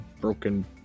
broken